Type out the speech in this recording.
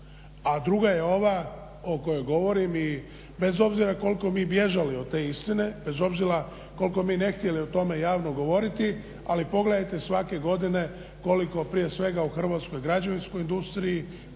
a druga je ova o kojoj govorim i bez obzira koliko mi bježali od te istine, bez obzira koliko mi ne htjeli o tome javno govoriti ali pogledajte svake godine koliko prije svega u hrvatskoj građevinskoj industriji,